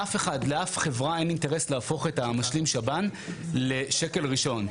לאף חברה אין אינטרס להפוך את המשלים שב"ן לשקל ראשון.